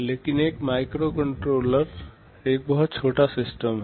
लेकिन एक माइक्रोकंट्रोलर एक बहुत छोटा सिस्टम है